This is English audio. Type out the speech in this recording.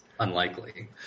Unlikely